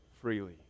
freely